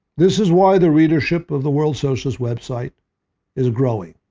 this is why the readership of the world socialist web site is growing.